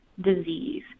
disease